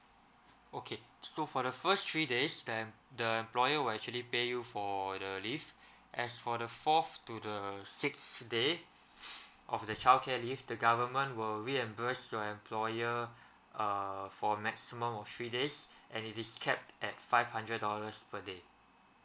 okay so for the first three days then the employer will actually pay you for the leave as for the fourth to the sixth day of the childcare leave the government will reimburse your employer uh for maximum of three days and it is capped at five hundred dollars per day